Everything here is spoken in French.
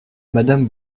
madame